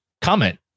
comment